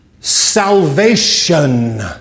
Salvation